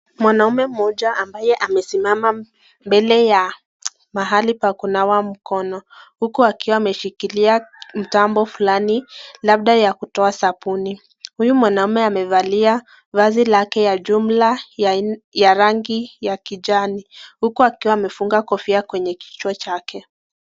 Mwanaume mmoja ambae amesimama mbele ya mahali pa kunawa mkono. Huku akiwa ameshikilia mtambo fulani labda ya kutoa sabuni. Huyu mwanaume amevalia vazi lake ya jumla ya rangi ya kijani huku akiwa amefunga kofia kwenye kichwa chake.